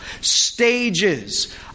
Stages